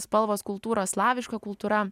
spalvos kultūros slaviška kultūra